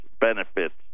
benefits